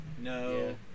No